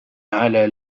على